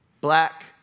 Black